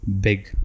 Big